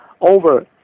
over